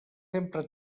sempre